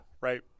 right